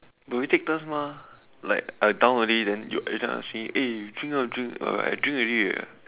do we take turns mah like I down already then you every time ask me eh drink drink ah uh I drink already